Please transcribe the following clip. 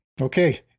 Okay